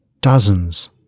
dozens